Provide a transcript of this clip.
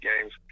games